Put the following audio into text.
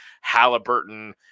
Halliburton